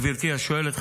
גברתי השואלת,